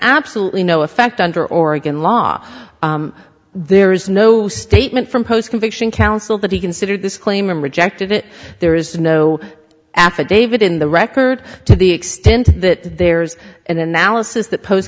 absolutely no effect under oregon law there is no statement from post conviction counsel that he considered this claim rejected it there is no affidavit in the record to the extent that there's an analysis that post